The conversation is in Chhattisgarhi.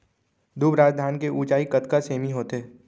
दुबराज धान के ऊँचाई कतका सेमी होथे?